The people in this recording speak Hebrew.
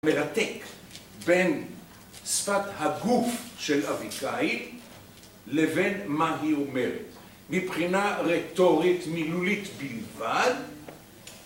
מרתק, בין שפת הגוף של אביגיל, לבין מה היא אומרת מבחינה רטורית מילולית בלבד.